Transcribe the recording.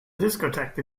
discotheque